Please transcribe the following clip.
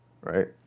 right